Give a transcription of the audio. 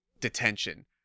detention